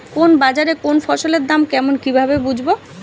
কোন বাজারে কোন ফসলের দাম কেমন কি ভাবে বুঝব?